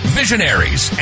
visionaries